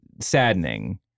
saddening